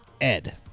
Ed